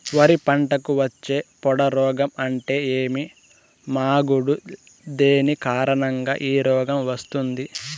వరి పంటకు వచ్చే పొడ రోగం అంటే ఏమి? మాగుడు దేని కారణంగా ఈ రోగం వస్తుంది?